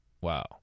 Wow